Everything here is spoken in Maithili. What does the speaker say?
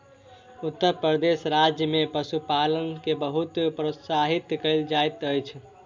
उत्तर प्रदेश राज्य में पशुपालन के बहुत प्रोत्साहित कयल जाइत अछि